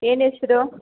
ಏನು ಹೆಸರು